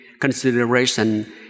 consideration